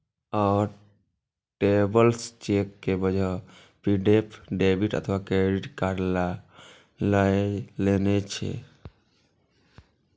आब travellers cheque के जगह प्रीपेड डेबिट अथवा क्रेडिट कार्ड लए लेने छै